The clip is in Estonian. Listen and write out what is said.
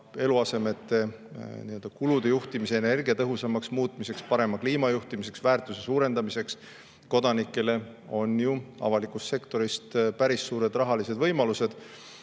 eluasemekulude juhtimise energiatõhusamaks muutmiseks, parema kliima juhtimiseks, väärtuse suurendamiseks kodanikele on ju avalikus sektoris päris suured rahalised võimalused.